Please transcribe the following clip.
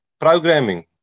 Programming